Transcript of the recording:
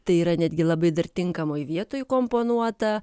tai yra netgi labai dar tinkamoj vietoj įkomponuota